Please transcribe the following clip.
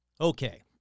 Okay